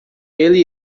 ele